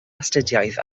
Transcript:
astudiaeth